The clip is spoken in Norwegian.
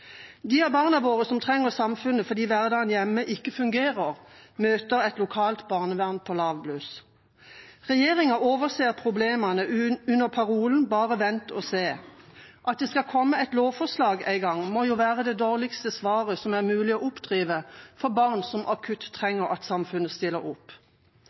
De av barna våre som trenger samfunnet fordi hverdagen hjemme ikke fungerer, møter et lokalt barnevern på lavbluss. Regjeringa overser problemene under parolen: «Bare vent og se.» At det skal komme et lovforslag, må være det dårligste svaret som er mulig å oppdrive for barn som akutt trenger at samfunnet stiller opp.